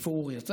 איפה אורי?